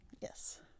Yes